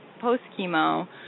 post-chemo